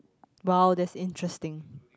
bow this interesting